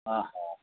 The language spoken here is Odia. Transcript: ଓ ହୋ